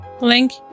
link